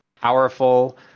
powerful